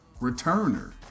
returner